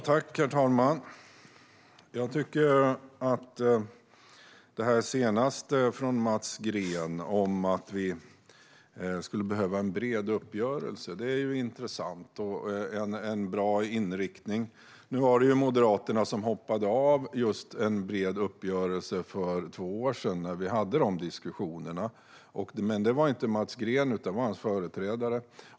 Herr talman! Jag tycker att det senaste från Mats Green, att vi skulle behöva en bred uppgörelse, är intressant och en bra inriktning. Nu var det ju Moderaterna som hoppade av en bred uppgörelse för två år sedan, när vi hade diskussioner, men det var inte Mats Green utan hans företrädare.